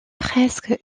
presque